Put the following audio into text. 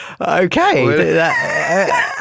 Okay